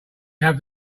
have